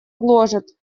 гложет